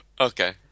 Okay